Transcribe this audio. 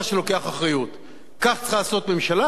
כך צריכה לעשות ממשלה, כך צריך לעשות צה"ל.